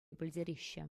пӗлтереҫҫӗ